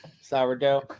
sourdough